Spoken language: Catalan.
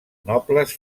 nobles